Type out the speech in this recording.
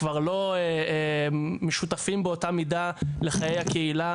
לה לכל הפחות ספק אם קיימת ההצדקה